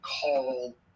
call